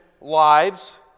lives